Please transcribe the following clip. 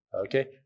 Okay